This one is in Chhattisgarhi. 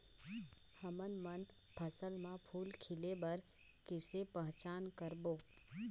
हमन मन फसल म फूल खिले बर किसे पहचान करबो?